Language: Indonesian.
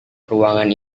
ruangan